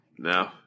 No